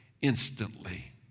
instantly